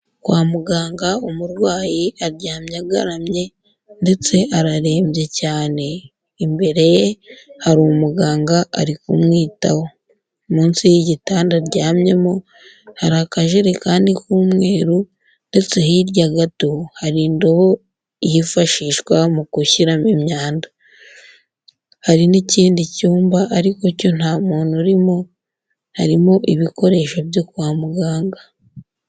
Kwa muganga umurwayi aryamye agaramye ndetse ararembye cyane, imbere ye hari umuganga ari kumwitaho. Munsi y'igitanda aryamyemo hari akajerekani k'umweru ndetse hirya gato hari indobo yifashishwa mu gushyiramo imyanda, hari n'ikindi cyumba ariko cyo nta muntu urimo, harimo ibikoresho byo kwa muganga.